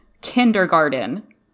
kindergarten